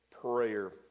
prayer